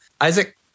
Isaac